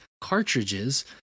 cartridges